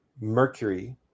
mercury